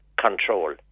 control